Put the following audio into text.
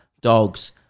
dogs